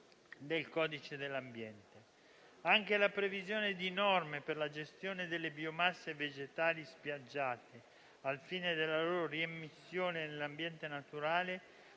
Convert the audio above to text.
del codice dell'ambiente. Anche la previsione di norme per la gestione delle biomasse vegetali spiaggiate al fine della loro reimmissione nell'ambiente naturale,